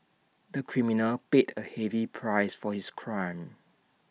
the criminal paid A heavy price for his crime